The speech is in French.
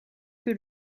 que